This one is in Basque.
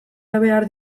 behar